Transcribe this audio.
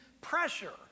pressure